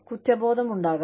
കുറ്റബോധം ഉണ്ടാകാം